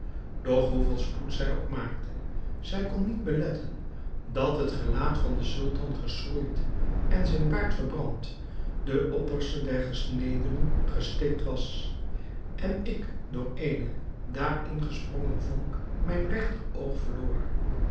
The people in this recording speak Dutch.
doch hoeveel spoed zij ook maakte zij kon niet beletten dat het gelaat van den sultan geschroeid en zijn baard verbrand de opperste der gesnedenen gestikt was en ik door eene daar ingesprongen vonk mijn regter oog verloor